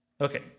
Okay